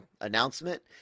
announcement